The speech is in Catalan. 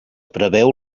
preveu